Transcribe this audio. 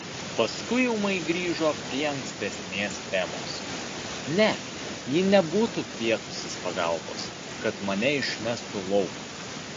paskui ūmai grįžo prie ankstesnės temos ne ji nebūtų kvietusis pagalbos kad mane išmestų lauk